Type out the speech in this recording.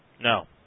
No